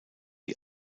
die